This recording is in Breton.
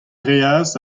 reas